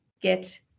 get